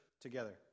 together